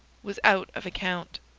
was out of account.